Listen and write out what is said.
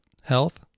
health